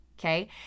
Okay